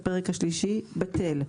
הפרק השלישי בטל.